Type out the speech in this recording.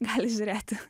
gali žiūrėti